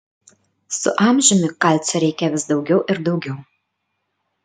su amžiumi kalcio reikia vis daugiau ir daugiau